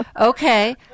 Okay